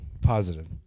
Positive